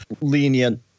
lenient